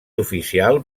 oficial